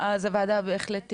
אז הוועדה בהחלט תפנה,